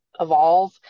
evolve